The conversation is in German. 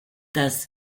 das